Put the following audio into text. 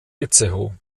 itzehoe